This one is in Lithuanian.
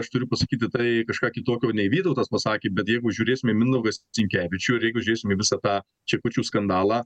aš turiu pasakyti tai kažką kitokio nei vytautas pasakė bet jeigu žiūrėsim į mindaugą sinkevičių ir jeigu žiūrėsim į visą tą čekučių skandalą